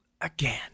again